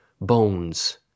bones